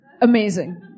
Amazing